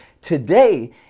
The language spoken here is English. today